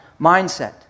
mindset